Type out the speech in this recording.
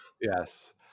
Yes